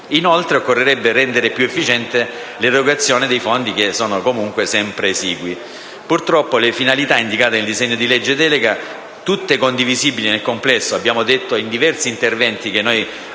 Inoltre, occorrerebbe rendere più efficiente l'erogazione dei fondi, comunque sempre esigui. Le finalità indicate nel disegno di legge delega erano tutte condivisibili nel complesso; abbiamo detto, infatti, in diversi interventi, che